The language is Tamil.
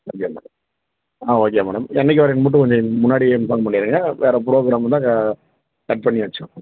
ஓகே மேடம் ஆ ஓகே மேடம் என்றைக்கு வரேன்னு மட்டும் கொஞ்சம் முன்னாடியே இன்ஃபார்ம் பண்ணிடுங்க வேறு ப்ரோக்ராம் இருந்தால் க கட் பண்ணி வச்சிடுறோம்